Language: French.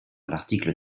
l’article